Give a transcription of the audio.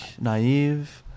naive